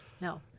no